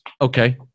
Okay